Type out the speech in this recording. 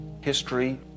history